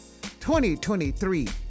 2023